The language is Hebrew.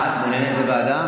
אה, את מעוניינת בוועדה.